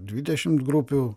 dvidešimt grupių